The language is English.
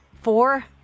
Four